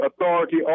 authority